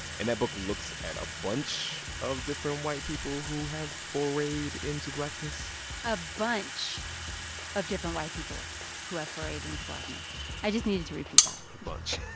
and that book looks at a bunch of different white people who have forayed into blackness a bunch of different white people who have forayed into blackness i just needed to repeat that a bunch